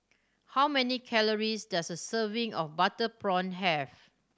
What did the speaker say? how many calories does a serving of butter prawn have